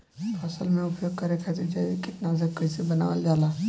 फसल में उपयोग करे खातिर जैविक कीटनाशक कइसे बनावल जाला?